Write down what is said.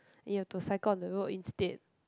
you have to cycle on the road instead